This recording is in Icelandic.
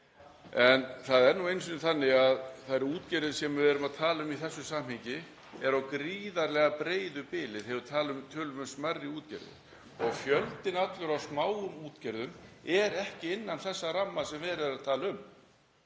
En það er nú einu sinni þannig að þær útgerðir sem við erum að tala um í þessu samhengi eru á gríðarlega breiðu bili. Þegar við tölum um smærri útgerðir; fjöldinn allur af smáum útgerðum er ekki innan þess ramma sem verið er að tala um.